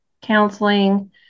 counseling